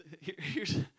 heres